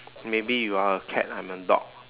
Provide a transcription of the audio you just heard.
maybe you are a cat I'm a dog